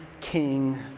king